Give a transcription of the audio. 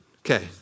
okay